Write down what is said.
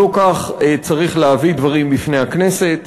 לא כך צריך להביא דברים בפני הכנסת.